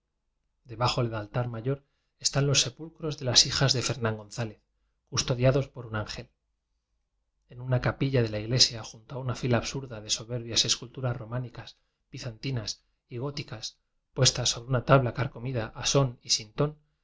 debajo del altar mayor están los se pulcros de las hijas de fernán gonzález custodiados por un ángel en una capi lla de la iglesia y junto a una fila absurda de soberbias esculturas románicas bizan tinas y góticas puestas sobre una tabla carcomida a son y sin